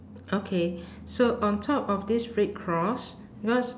okay so on top of this red cross because